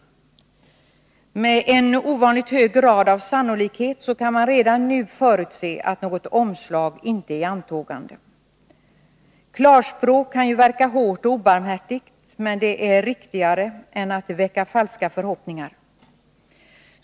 Med en ovanligt hög grad av sannolikhet kan man redan nu förutse att något omslag inte är i antågande. Klarspråk kan verka hårt och obarmhärtigt, men det är riktigare än att väcka falska förhoppningar.